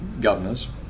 governors